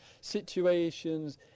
situations